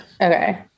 Okay